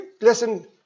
Listen